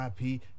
IP